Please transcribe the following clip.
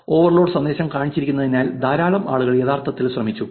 overload സന്ദേശം കാണിച്ചിരിക്കുന്നതിനാൽ ധാരാളം ആളുകൾ യഥാർത്ഥത്തിൽ ശ്രമിച്ചു